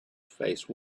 face